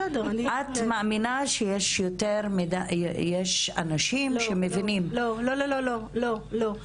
את מאמינה שיש אנשים שמבינים --- לא, לא, לא.